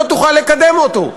לא תוכל לקדם אותו,